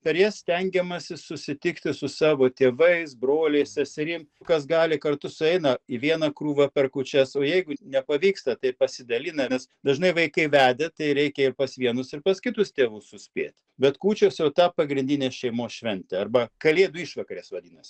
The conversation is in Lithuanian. per jas stengiamasi susitikti su savo tėvais broliais seserim kas gali kartu sueina į vieną krūvą per kūčias o jeigu nepavyksta tai pasidalina nes dažnai vaikai vedę tai reikia ir pas vienus ir pas kitus tėvus suspėt bet kūčios jau ta pagrindinė šeimos šventė arba kalėdų išvakarės vadinasi